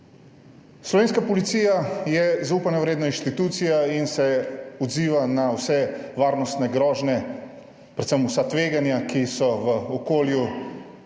Slovenska policija je zaupanja vredna institucija in se odziva na vse varnostne grožnje, predvsem vsa tveganja, **58. TRAK